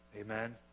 Amen